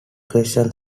question